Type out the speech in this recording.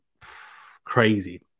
crazy